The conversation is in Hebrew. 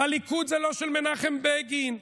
הליכוד הוא לא של מנחם בגין.